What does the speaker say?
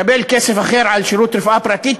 מקבל כסף אחר על שירות רפואה פרטית,